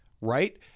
Right